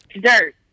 Dirt